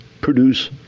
produce